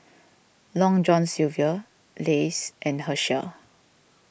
Long John Silver Lays and Herschel